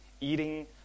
eating